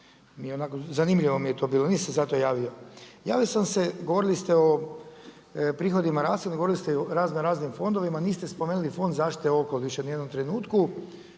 ionako, zanimljivo mi je to bilo. Nisam se zato javio. Javio sam se, govorili ste o prihodima rashodima, govorili ste o razno raznim fondovima. Niste spomenuli Fond zaštite okoliša, ni u jednom trenutku,